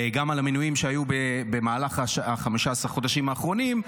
גם על המינויים שהיו במהלך 15 החודשים האחרונים,